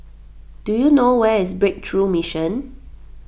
do you know where is Breakthrough Mission